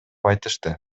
айтышты